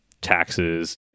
taxes